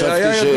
שהיה ידוע,